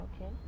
Okay